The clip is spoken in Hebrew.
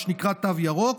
מה שנקרא "תו ירוק"